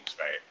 right